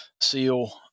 seal